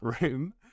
room